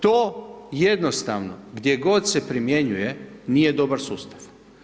To jednostavno, gdje god se primjenjuje, nije dobar sustav.